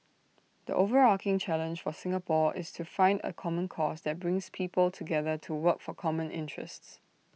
the overarching challenge for Singapore is to find A common cause that brings people together to work for common interests